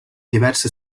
diverse